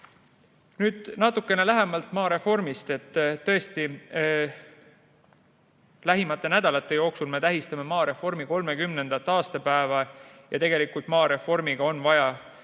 Nüüd natuke lähemalt maareformist. Tõesti, lähimate nädalate jooksul me tähistame maareformi 30. aastapäeva ja tegelikult maareformiga on vaja edasi